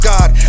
God